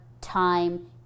time